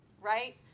right